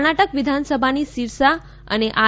કર્ણાટક વિધાનસભાની સીરસા અને આર